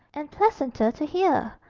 and pleasanter to hear,